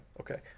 Okay